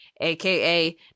aka